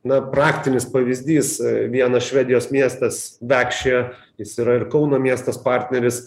na praktinis pavyzdys vienas švedijos miestas vekšė jis yra ir kauno miestas partneris